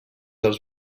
els